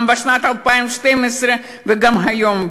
גם בשנת 2012 וגם היום,